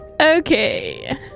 Okay